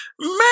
man